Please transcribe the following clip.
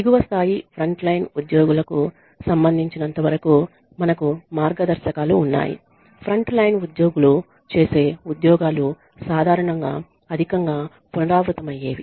దిగువ స్థాయి ఫ్రంట్లైన్ ఉద్యోగులకు సంబంధించినంతవరకు మనకు మార్గదర్శకాలు ఉన్నాయి ఫ్రంట్లైన్ ఉద్యోగులు చేసే ఉద్యోగాలు సాధారణంగా అధికంగా పునరావృతమయ్యేవి